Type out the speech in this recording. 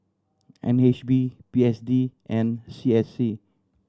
N H B P S D and C S C